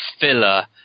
filler